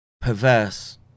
perverse